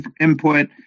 input